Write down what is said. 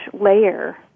layer